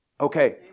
Okay